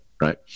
right